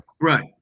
right